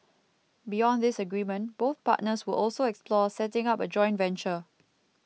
beyond this agreement both partners will also explore setting up a joint venture